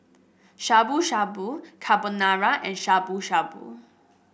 Shabu Shabu Carbonara and Shabu Shabu